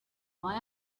why